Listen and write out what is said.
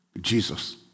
Jesus